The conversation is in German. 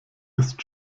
ist